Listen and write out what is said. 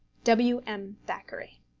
w. m. thackeray.